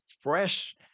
fresh